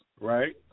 right